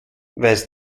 weiß